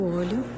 olho